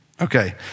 Okay